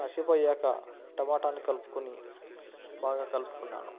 కాసేపు అయ్యాక టమాటాని కలుపుకొని బాగా కలుపుకున్నాను